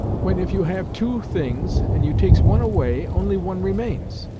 when if you have two things and you takes one away, only one remains.